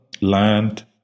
land